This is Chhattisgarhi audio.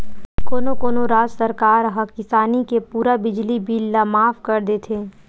कोनो कोनो राज सरकार ह किसानी के पूरा बिजली बिल ल माफ कर देथे